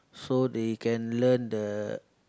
so they can learn the